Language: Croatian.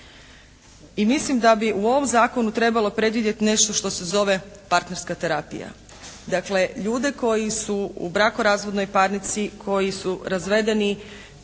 I mislim da bi u ovom zakonu trebalo predvidjet nešto što se zove partnerska terapija. Dakle ljude koji su u brakorazvodnoj parnici, koji su razvedeni,